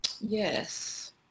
Yes